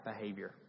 behavior